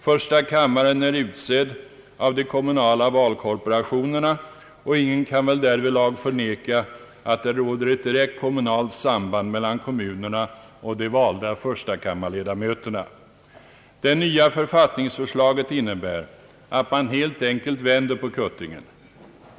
Första kammaren är utsedd av de kommunala valkorporationerna, och ingen kan förneka att det råder ett direkt kommunalt samband mellan kommunerna och de valda förstakammarledamöterna. Det nya författningsförslaget innebär att man helt enkelt vänder på kuttingen.